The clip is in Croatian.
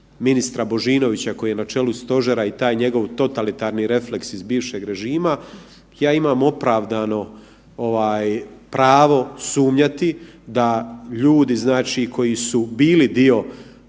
ministra Božinovića koji je na čelu stožera i taj njegov totalitarni refleks iz bivšeg režima, ja imam opravdano ovaj pravo sumnjati da ljudi, znači koji su bili dio